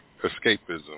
escapism